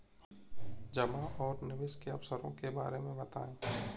जमा और निवेश के अवसरों के बारे में बताएँ?